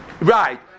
Right